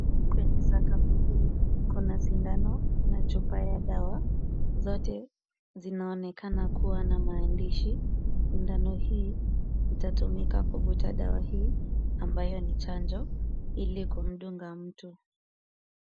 Kwenye sakafu hii, kuna sindano na chupa ya dawa. Zote zinaonekana kuwa na maandishi. Sindano hii itatumika kuvuta dawa hii ambayo ni chanjo, ili kumdunga mtu.